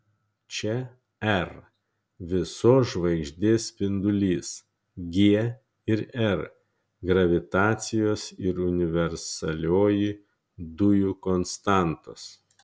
čia r visos žvaigždės spindulys g ir r gravitacijos ir universalioji dujų konstantos